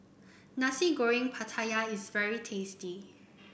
Nasi Goreng Pattaya is very tasty